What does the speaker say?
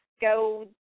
go